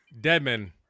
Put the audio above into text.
Deadman